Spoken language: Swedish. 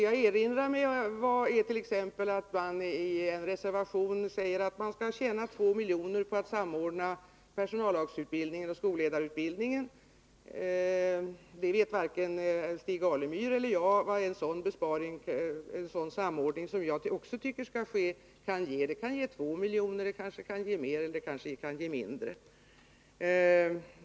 Jag erinrar mig t.ex. att man i en reservation säger att man skall tjäna 2 milj.kr. på att samordna personallagsutbildningen och skolledarutbildningen. Men varken Stig Alemyr eller jag vet vad en sådan samordning — som jag också tycker skall ske — kan ge i besparingar. Den kan ge 2 miljoner, den kanske kan ge mer och den kanske kan ge mindre.